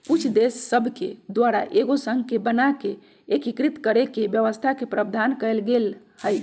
कुछ देश सभके द्वारा एगो संघ के बना कऽ एकीकृत कऽकेँ व्यवस्था के प्रावधान कएल गेल हइ